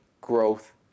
growth